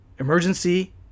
Emergency